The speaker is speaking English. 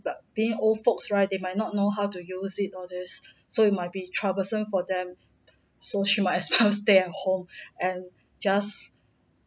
but been old folks right they might not know how to use it all this so it might be troublesome for them so she might as well stay at home and just